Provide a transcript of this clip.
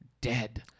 dead